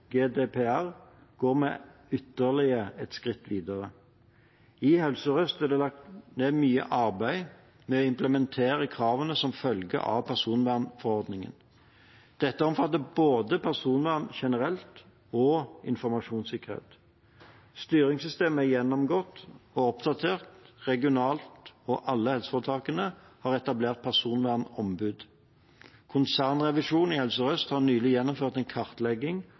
GDPR, går vi ytterligere et skritt videre. I Helse Sør-Øst er det lagt ned mye arbeid med å implementere kravene som følger av personvernforordningen. Dette omfatter både personvern generelt og informasjonssikkerhet. Styringssystemet er gjennomgått og oppdatert regionalt, og alle helseforetakene har etablert personvernombud. Konsernrevisjonen i Helse Sør-Øst har nylig gjennomført en kartlegging